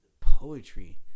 poetry